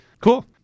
Cool